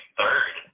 third